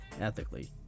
ethically